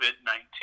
COVID-19